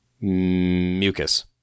mucus